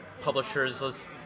publishers